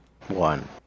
One